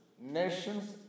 nations